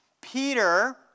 Peter